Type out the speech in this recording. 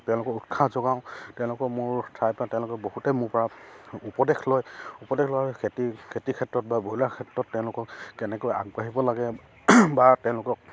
তেওঁলোকক উৎসাহ যোগাওঁ তেওঁলোকে মোৰ ঠাইৰ পৰা তেওঁলোকে বহুতে মোৰ পৰা উপদেশ লয় উপদেশ লয় খেতি খেতিৰ ক্ষেত্ৰত বা ব্ৰইলাৰ ক্ষেত্ৰত তেওঁলোকক কেনেকৈ আগবাঢ়িব লাগে বা তেওঁলোকক